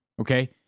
Okay